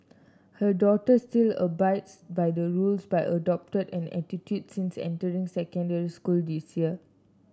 her daughter still abides by the rule but adopted an attitude since entering secondary school this year